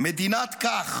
מדינת כך"